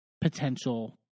potential